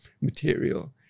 material